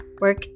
work